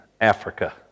Africa